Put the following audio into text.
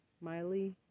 Miley